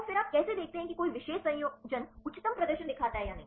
तो फिर आप कैसे देखते हैं कि कोई विशेष संयोजन उच्चतम प्रदर्शन दिखाता है या नहीं